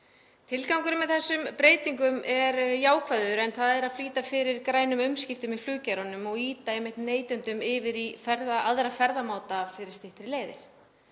Tilgangurinn með þessum breytingum er jákvæður en það er að flýta fyrir grænum umskiptum í geiranum og ýta neytendum yfir í aðra ferðamáta fyrir styttri leiðir.